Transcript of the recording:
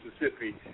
Mississippi